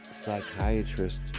psychiatrist